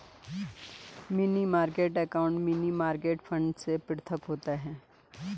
money market account money market fund से पृथक होता है